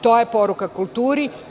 To je poruka kulturi.